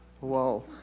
Whoa